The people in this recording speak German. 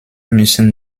müssen